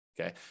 Okay